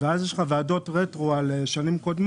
לשלוש שנים,